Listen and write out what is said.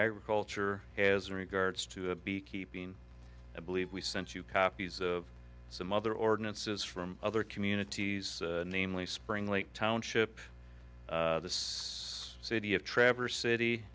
agriculture as regards to a beekeeping i believe we sent you copies of some other ordinances from other communities namely spring lake township this city of traverse city